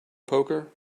poker